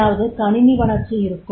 அதாவது கணினி வளர்ச்சி இருக்கும்